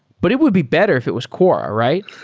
but it would be better if it was quora, right?